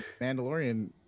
Mandalorian